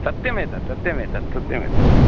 सत्यमेतत् सत्यमेतत् सत्यमेतत्